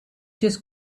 just